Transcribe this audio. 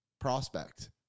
prospect